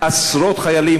עשרות חיילים,